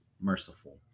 merciful